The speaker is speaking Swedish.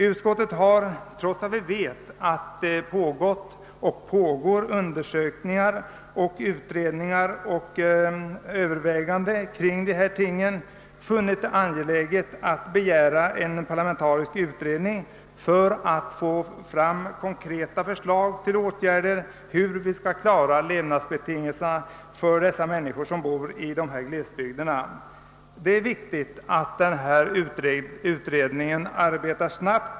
Utskottet har, trots vetskapen om att det pågått och pågår undersökningar, utredningar och överväganden kring dessa ting, funnit det angeläget att begära en parlamentarisk utredning för att få fram konkreta förslag till åtgärder i syfte att ordna levnadsbetingelserna för de människor som bor i glesbygderna. Det är viktigt att denna utredning arbetar snabbt.